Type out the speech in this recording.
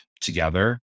together